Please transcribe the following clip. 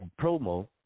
promo